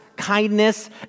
kindness